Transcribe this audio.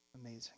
amazing